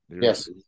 Yes